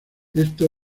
esto